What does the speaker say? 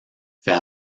fait